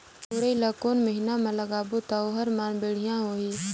मुरई ला कोन महीना मा लगाबो ता ओहार मान बेडिया होही?